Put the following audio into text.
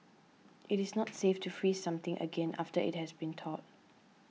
it is not safe to freeze something again after it has been thawed